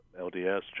LDS